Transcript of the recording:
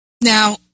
Now